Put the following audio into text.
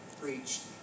preached